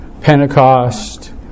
Pentecost